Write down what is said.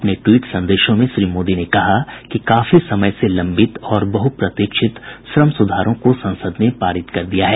अपने ट्वीट संदेशों में श्री मोदी ने कहा कि काफी समय से लंबित और बहुप्रतीक्षित श्रम सुधारों को संसद ने पारित कर दिया है